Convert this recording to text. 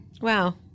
Wow